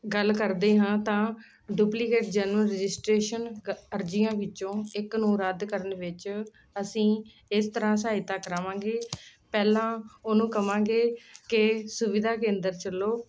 ਗੱਲ ਕਰਦੇ ਹਾਂ ਤਾਂ ਡੁਪਲੀਕੇਟ ਜਨਮ ਰਜਿਸਟ੍ਰੇਸ਼ਨ ਕ ਅਰਜ਼ੀਆਂ ਵਿੱਚੋਂ ਇੱਕ ਨੂੰ ਰੱਦ ਕਰਨ ਵਿੱਚ ਅਸੀਂ ਇਸ ਤਰ੍ਹਾਂ ਸਹਾਇਤਾ ਕਰਾਵਾਂਗੇ ਪਹਿਲਾਂ ਉਹਨੂੰ ਕਹਾਂਗੇ ਕਿ ਸੁਵਿਧਾ ਕੇਂਦਰ ਚੱਲੋ